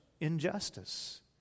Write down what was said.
injustice